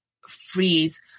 freeze